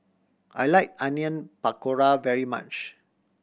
I like Onion Pakora very much